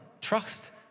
trust